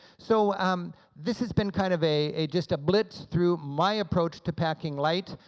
so um this has been kind of a a just a blitz through my approach to packing light.